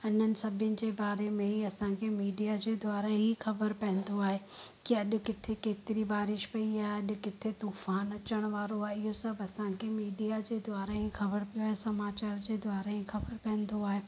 इन्हनि सभिनि जे बारे में ई असांखे मीडिया जे द्वारा ई ख़बर पवंदो आहे की अॼु किथे केतिरी बारिश पई आहे अॼु किथे तूफ़ानु अचणु वारो आहे इहो सभु असांखे मीडिया जे द्वारा ई ख़बर पए समाचार जे द्वारा ई ख़बर पवंदो आहे